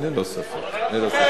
ללא ספק.